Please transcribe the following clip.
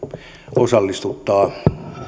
osallistuttaa